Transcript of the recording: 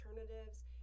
alternatives